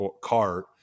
cart